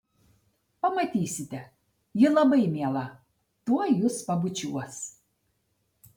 pamatysite ji labai miela tuoj jus pabučiuos